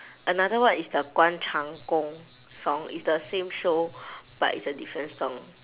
another one is the guan chang gong song it's the same show but it's a different song